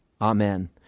amen